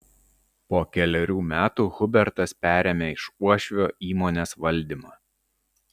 po kelerių metų hubertas perėmė iš uošvio įmonės valdymą